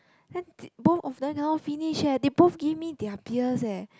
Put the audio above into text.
then both of them cannot finish eh they both give me their beers eh